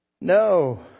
No